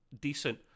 decent